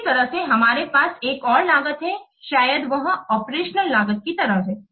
इसी तरह से हमारे पास एक और लागत हैं शायद वह ऑपरेशनल लागत की तरह हैं